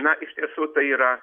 na iš tiesų tai yra